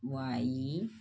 Wai